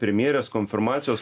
premjerės konfirmacijos